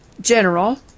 General